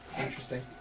Interesting